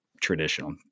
traditional